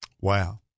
Wow